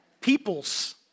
peoples